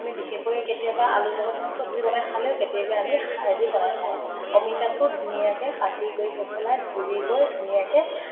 আমি বেশেষকৈ কেতিয়াবা আলুৰ লগত বা চব্জি বনাই খালেওঁ কেতিয়াবা আমি খাৰ দি বনাই খাওঁ অমিতাটো ধুনীয়াকৈ কাটি কৰি বখলাই ধুই কৰি ধুনীয়াকৈ